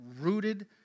rooted